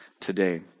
today